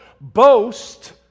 boast